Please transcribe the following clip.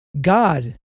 God